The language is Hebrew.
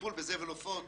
טיפול בזבל עופות